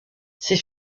c’est